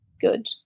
good